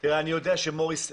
אני יודע שמוריס,